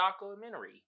documentary